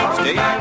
stay